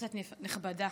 כנסת נכבדה,